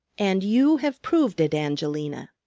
and you have proved it, angelina,